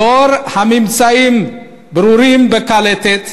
לנוכח הממצאים הברורים בקלטת,